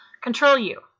Control-U